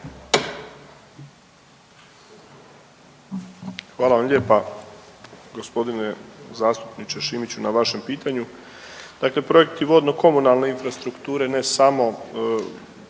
Hvala vam lijepa g. zastupniče Šimiću na vašem pitanju. Dakle, projekti vodno komunalne infrastrukture ne samo